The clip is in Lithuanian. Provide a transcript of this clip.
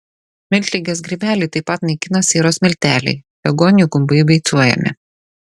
miltligės grybelį taip pat naikina sieros milteliai begonijų gumbai beicuojami